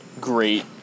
great